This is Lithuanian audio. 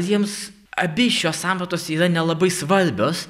jiems abi šios sampratos yra nelabai svarbios